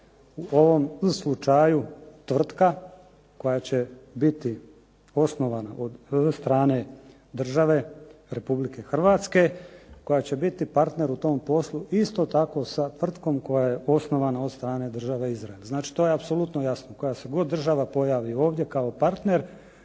u ovom slučaju tvrtka koja će biti osnovana od strane države RH, koja će biti partner u tom poslu isto tako sa tvrtkom koja je osnovana od strane države Izrael. Znači to je apsolutno jasno, koja se god država pojavi ovdje kao partner